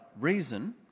reason